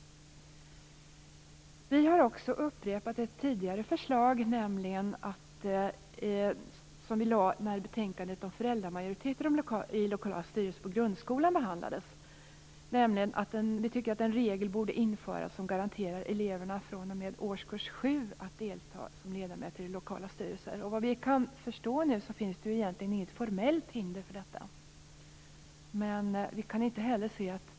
Vi har också upprepat ett tidigare förslag vi lade fram när betänkandet om föräldramajoritet i lokala styrelser på grundskolan behandlades. Vi tycker att en regel borde införas som garanterar eleverna fr.o.m. Vad vi förstår finns det inget formellt hinder för detta.